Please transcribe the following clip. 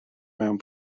mewn